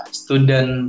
student